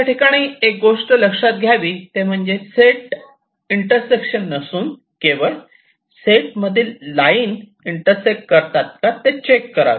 याठिकाणी एक गोष्ट लक्षात घ्यावी ते म्हणजे सेट इंटरसेक्शन नसून केवळ सेट मधील लाईन इंटरसेक्ट करतात का ते चेक करावे